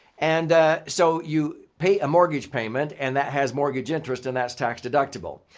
and so, you pay a mortgage payment and that has mortgage interest and that's tax-deductible.